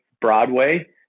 Broadway